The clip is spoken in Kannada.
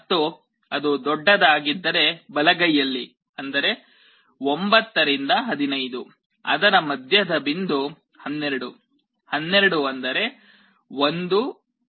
ಮತ್ತು ಅದು ದೊಡ್ಡದಾಗಿದ್ದರೆ ಬಲಗೈಯಲ್ಲಿ ಅಂದರೆ 9 ರಿಂದ 15 ಅದರ ಮಧ್ಯದ ಬಿಂದು 12 12 ಅಂಧರೇ 1 1 0 0